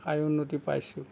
আই উন্নতি পাইছোঁ